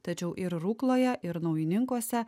tačiau ir rukloje ir naujininkuose